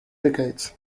decades